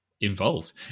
involved